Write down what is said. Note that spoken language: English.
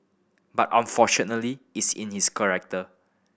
but unfortunately it's in his collector